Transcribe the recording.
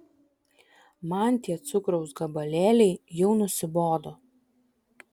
man tie cukraus gabalėliai jau nusibodo